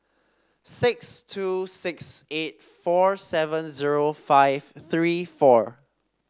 six two six eight four seven zero five three four